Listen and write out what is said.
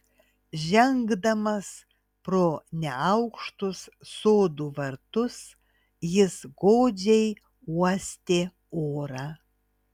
žengdamas pro neaukštus sodų vartus jis godžiai uostė orą